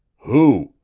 who?